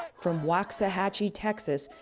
from waxahachie, texas,